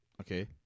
Okay